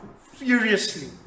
furiously